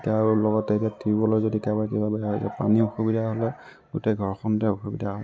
এতিয়া আৰু লগতে টিউবৱেলৰ যদি কাৰোবাৰ কিবা বেয়া হৈছে পানীৰ অসুবিধা হ'লে গোটেই ঘৰখনতে অসুবিধা হয়